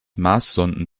marssonden